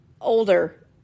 older